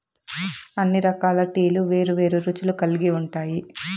అన్ని రకాల టీలు వేరు వేరు రుచులు కల్గి ఉంటాయి